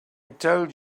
told